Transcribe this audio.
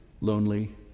lonely